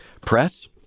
Press